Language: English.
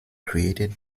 created